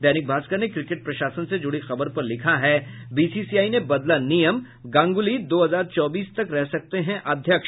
दैनिक भास्कर ने क्रिकेट प्रशासन से जुड़ी खबर पर लिखा है बीसीसीआई ने बदला नियम गांगूली दो हजार चौबीस तक रह सकते हैं अध्यक्ष